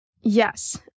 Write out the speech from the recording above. Yes